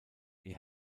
ihr